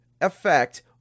effect